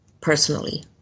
personally